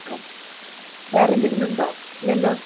ആ വേറെ എന്തെങ്കിലും ഉണ്ടോ ഇല്ലല്ലോ